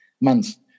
months